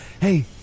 hey